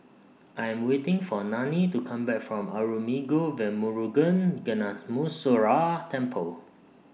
I'm waiting For Nanie to Come Back from Arulmigu Velmurugan Gnanamuneeswarar Temple